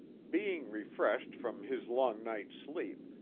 being refreshed from his long night's sleep,